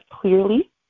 clearly